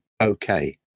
Okay